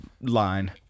line